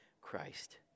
Christ